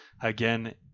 again